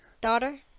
Daughter